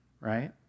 right